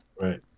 right